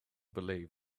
believed